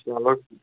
چلو ٹھیٖک